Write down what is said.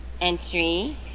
entry